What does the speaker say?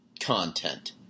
content